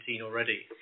already